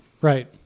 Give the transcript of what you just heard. Right